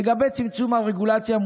לגבי צמצום הרגולציה,